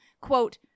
Quote